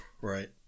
Right